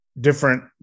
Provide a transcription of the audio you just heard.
Different